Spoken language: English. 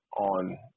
on